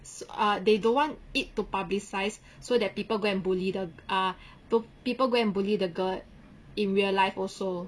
so ah they don't want it to publicise so that people go and bully the ah the people go and bully the girl in real life also